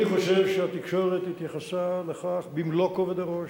אני חושב שהתקשורת התייחסה לכך במלוא כובד הראש,